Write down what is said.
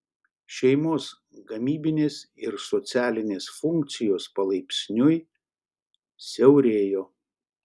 šeimos gamybinės ir socialinės funkcijos palaipsniui siaurėjo